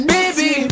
Baby